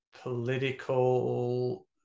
political